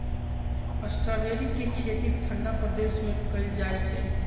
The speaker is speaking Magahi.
स्ट्रॉबेरी के खेती ठंडा प्रदेश में कएल जाइ छइ